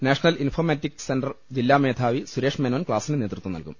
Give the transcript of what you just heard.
national informatics centre ജില്ലാ മേധാവി സുരേഷ് മേനോൻ ക്ലാസ്സിന് നേതൃത്വം നൽകും